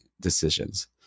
decisions